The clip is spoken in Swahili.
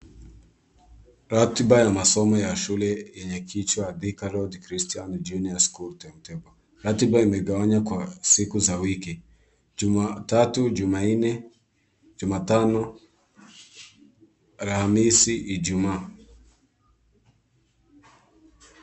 Ratiba ya masomo ya shule yenye kichwa Thika Road Christian Junior School timetable . Ratiba imegawanywa kwa siku za wiki, Jumatatu, Jumanne, Jumatano, Alhamisi, Ijumaa.